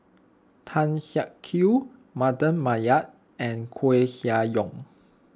Tan Siak Kew Mardan Mamat and Koeh Sia Yong